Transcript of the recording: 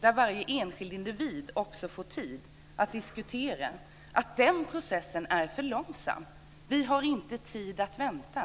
där varje enskild individ får tid att diskutera, är för långsam. Vi har inte tid att vänta.